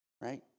right